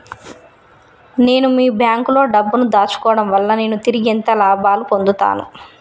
నేను మీ బ్యాంకులో డబ్బు ను దాచుకోవటం వల్ల నేను తిరిగి ఎంత లాభాలు పొందుతాను?